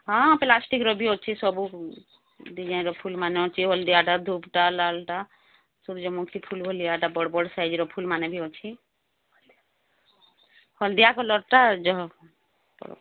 ହଁ ପ୍ଲାଷ୍ଟିକ୍ର ବି ଅଛି ସବୁ ସବୁ ଡିଜାଇନ୍ର ଫୁଲ ମାନ ଅଛି ହଳଦିଆଟା ଧୂପଟା ନାଲଟା ସୂର୍ଯ୍ୟମୁଖୀ ଫୁଲମୁଳିଆଟା ବଡ଼ ବଡ଼ ସାଇଜ୍ର ଫୁଲମାନେ ବି ଅଛି ହଳଦିଆ କଲର୍ଟା ଜହ